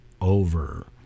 over